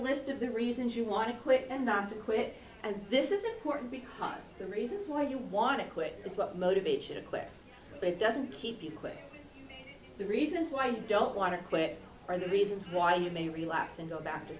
list of the reasons you want to quit and not to quit and this is important because the reasons why you want to quit is what motivates you to quit but it doesn't keep you quit the reasons why i don't want to quit are the reasons why you may relax and go back to